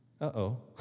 Uh-oh